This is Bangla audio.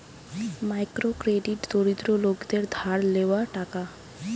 মাইক্রো ক্রেডিট দরিদ্র লোকদের ধার লেওয়া টাকা